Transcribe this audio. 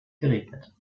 geregnet